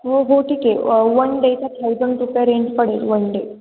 हो हो ठीक आहे वन डेचा थाउजंड रुपये रेंट पडेल वन डे